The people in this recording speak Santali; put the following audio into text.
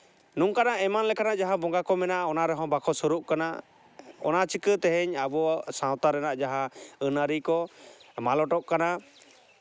ᱱᱚᱝᱠᱟᱱᱟᱜ ᱮᱢᱟᱱ ᱞᱮᱠᱟᱱᱟᱜ ᱡᱟᱦᱟᱸ ᱵᱚᱸᱜᱟ ᱠᱚ ᱢᱮᱱᱟᱜᱼᱟ ᱚᱱᱟ ᱨᱮᱦᱚᱸ ᱵᱟᱠᱚ ᱥᱩᱨᱩᱜ ᱠᱟᱱᱟ ᱚᱱᱟ ᱪᱤᱠᱟᱹ ᱛᱮᱦᱮᱧ ᱟᱵᱚ ᱥᱟᱶᱛᱟ ᱨᱮᱱᱟᱜ ᱡᱟᱦᱟᱸ ᱟᱹᱱᱼᱟᱹᱨᱤ ᱠᱚ ᱢᱟᱞᱚᱴᱚᱜ ᱠᱟᱱᱟ